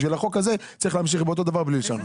בשביל החוק הזה צריך להמשיך באותו דבר בלי לשנות.